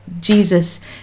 Jesus